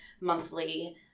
monthly